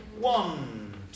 one